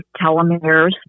telomeres